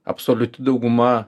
absoliuti dauguma